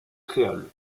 créoles